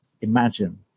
imagine